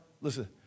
listen